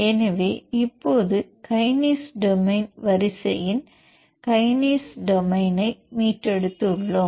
எனவே இப்போது kinase domain வரிசையின் கைனேஸ் டொமைனை மீட்டெடுத்துள்ளோம்